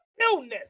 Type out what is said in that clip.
illness